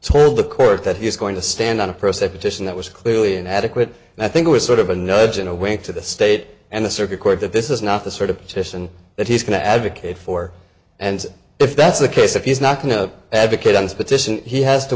told the court that he was going to stand on a procession that was clearly an adequate and i think it was sort of a nudge and a wink to the state and the circuit court that this is not the sort of petition that he's going to advocate for and if that's the case if he's not going to advocate on this petition he has to